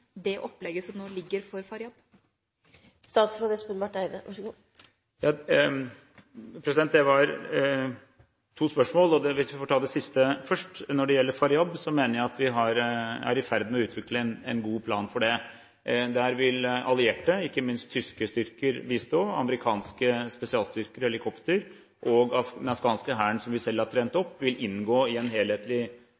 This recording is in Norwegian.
det opplegget som nå ligger for Faryab? Det var to spørsmål, og hvis jeg får ta det siste først: Når det gjelder Faryab, mener jeg vi er i ferd med å utvikle en god plan for det. Der vil allierte, ikke minst tyske styrker, bistå. Amerikanske spesialstyrker og helikopter, og den afghanske hæren, som vi selv